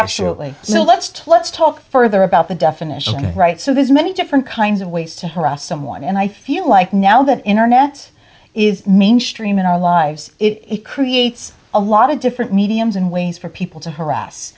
actually so let's talk let's talk further about the definition of right so there's many different kinds of ways to harass someone and i feel like now that internet is mainstream in our lives it creates a lot of different mediums and ways for people to harass